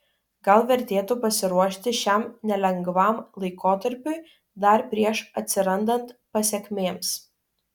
gal vertėtų pasiruošti šiam nelengvam laikotarpiui dar prieš atsirandant pasekmėms